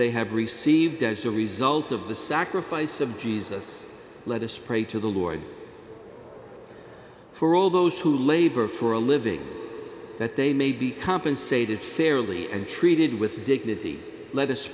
they have received as a result of the sacrifice of jesus let us pray to the lord for all those who labor for a living that they may be compensated fairly and treated with dignity let